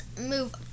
move